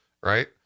right